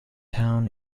town